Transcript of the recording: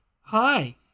Hi